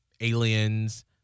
Aliens